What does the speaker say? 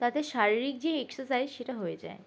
তাতে শারীরিক যে এক্সারসাইজ সেটা হয়ে যায়